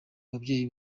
babyeyi